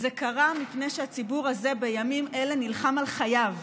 זה קרה מפני שהציבור הזה בימים אלה נלחם על חייו,